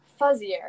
fuzzier